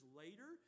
later